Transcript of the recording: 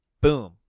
boom